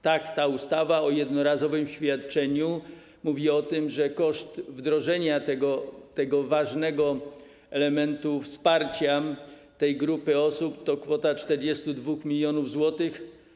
Tak, ta ustawa o jednorazowym świadczeniu mówi o tym, że koszt wdrożenia tego ważnego elementu wsparcia tej grupy osób to kwota 42 mln zł.